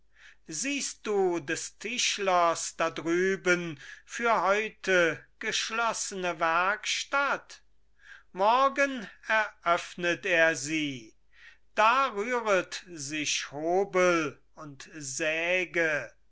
siehst du des tischlers da drüben für heute geschlossene werkstatt morgen eröffnet er sie da rühret sich hobel und säge